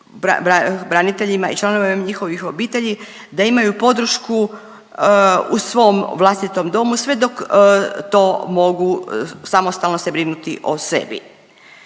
braniteljima i članovima njihovih obitelji, da imaju podršku u svom vlastitom domu sve dok to mogu samostalno se brinuti o sebi.